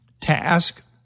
task